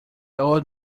old